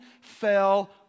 fell